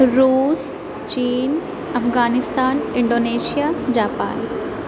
روس چین Afghanistan Indonesia Japan